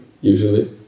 usually